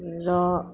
र